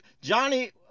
Johnny